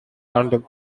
london